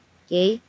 okay